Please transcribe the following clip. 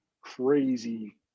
crazy